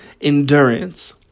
endurance